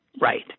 Right